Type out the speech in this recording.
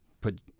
Put